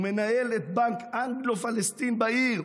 הוא מנהל את בנק אנגלו-פלשתין בעיר.